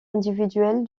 individuelle